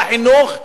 בחינוך,